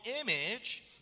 image